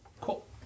Cool